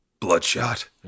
Bloodshot